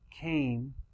came